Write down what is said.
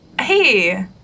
Hey